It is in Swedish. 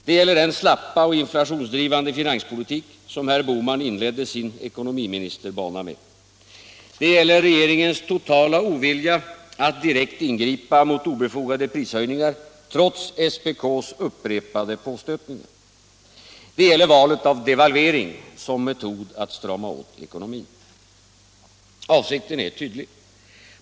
Det gäller den slappa och inflationsdrivande finanspolitik som herr Bohman inledde sin ekonomiministerbana med. Det gäller regeringens totala ovilja att direkt ingripa mot obefogade prishöjningar trots SPK:s upprepade påstötningar. Det gäller valet av devalvering som metod att strama åt ekonomin. Avsikten är tydlig.